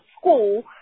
school